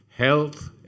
health